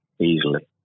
Easily